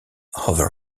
over